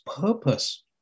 purpose